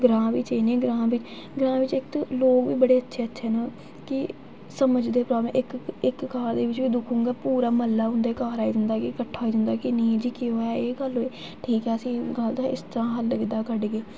ग्रांऽ बिच एह् निं ऐ ग्रांऽ बिच इक ते लोग बड़े अच्छे अच्छे न कि समझदे प्रॉब्लम इक इक घर बिच दुख होग पूरा मह्ल्ला उं'दे घर आई जंदा कि किट्ठा होई जंदा कि नेईं जी केह् होया ऐ एह् गल्ल ऐ ठीक ऐ असें गल्ल तोहें इसदा हल्ल बी एह्दा कड्ढगे